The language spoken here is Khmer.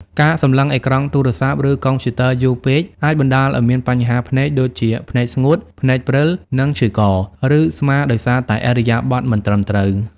ការសម្លឹងអេក្រង់ទូរស័ព្ទ ឬកុំព្យូទ័រយូរពេកអាចបណ្ដាលឱ្យមាន បញ្ហាភ្នែក (ដូចជាភ្នែកស្ងួត ភ្នែកព្រិល) និង ឈឺក ឬស្មាដោយសារតែឥរិយាបថមិនត្រឹមត្រូវ។